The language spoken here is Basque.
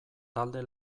talde